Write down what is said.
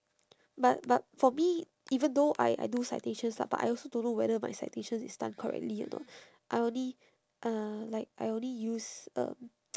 but but for me even though I I do citations lah but I also don't know whether my citations is done correctly or not I only uh like I only use um